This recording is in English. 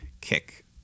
Kick